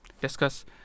discuss